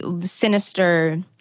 sinister